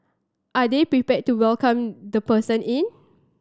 are they prepared to welcome the person in